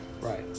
Right